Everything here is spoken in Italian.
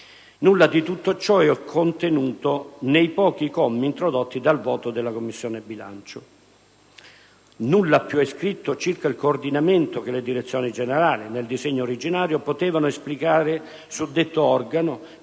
Nulla di tutto ciò è contenuto nei pochi commi introdotti dal voto della Commissione bilancio. Nulla più è scritto circa il coordinamento che le direzioni generali, nel disegno originario, potevano esplicare su detto organo,